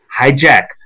hijack